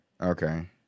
Okay